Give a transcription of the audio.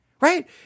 Right